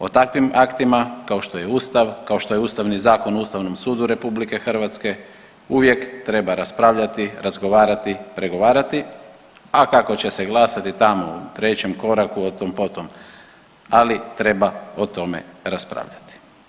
O takvim aktima kao što je ustav, kao što je Ustavni zakon o ustavnom sudu RH uvijek treba raspravljati, razgovarati, pregovarati, a kako će se glasati tamo u trećem koraku o tom po tom, ali treba o tome raspravljati.